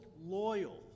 loyal